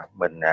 mình